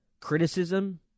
criticism